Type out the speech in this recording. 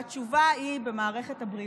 והתשובה היא במערכת הבריאות,